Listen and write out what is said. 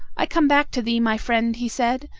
i come back to thee, my friend, he said.